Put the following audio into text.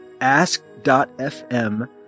ask.fm